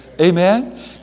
Amen